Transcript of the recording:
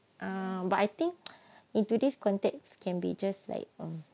ah but I think in today's context can be just like